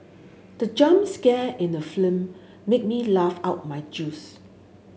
the jump scare in the film made me laugh out my juice